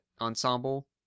ensemble